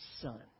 son